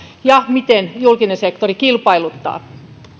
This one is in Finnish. ja miten julkinen sektori kilpailuttaa